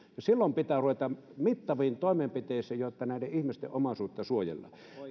ja silloin pitää ruveta mittaviin toimenpiteisiin jotta näiden ihmisten omaisuutta suojellaan